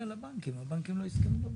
בדיוק סיימנו דיון